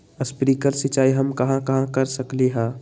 Sprinkle सिंचाई हम कहाँ कहाँ कर सकली ह?